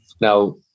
Now